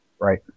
Right